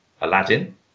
Aladdin